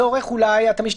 או מצלמה אחרת,